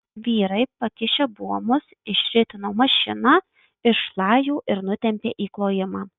vyrai pakišę buomus išritino mašiną iš šlajų ir nutempė į klojimą